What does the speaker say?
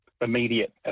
immediate